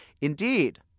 Indeed